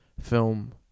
film